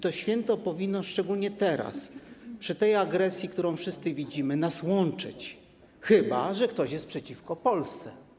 To święto powinno, szczególnie teraz w związku z tą agresją, którą wszyscy widzimy, nas łączyć, chyba że ktoś jest przeciwko Polsce.